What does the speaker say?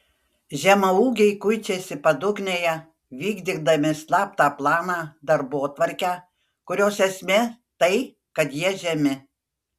žemaūgiai kuičiasi padugnėje vykdydami slaptą planą darbotvarkę kurios esmė tai kad jie žemi